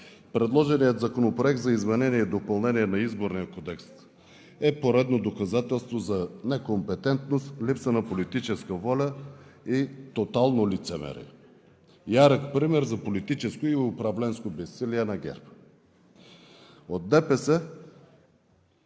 Предложеният Законопроект за изменение и допълнение на Изборния кодекс е поредно доказателство за некомпетентност, липса на политическа воля и тотално лицемерие – ярък пример за политическо и управленско безсилие на ГЕРБ. От ДПС